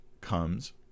comes